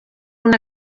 una